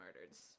murders